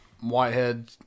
Whitehead